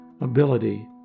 ability